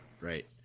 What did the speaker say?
Right